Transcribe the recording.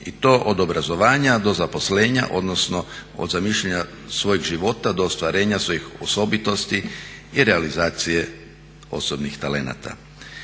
i to od obrazovanja, do zaposlena, odnosno od zamišljanja svojeg života do ostvarenja svojih osobitosti i realizacije osobnih talenata.